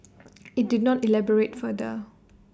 IT did not elaborate further